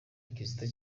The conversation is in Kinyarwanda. kizito